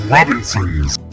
Robinsons